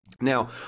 Now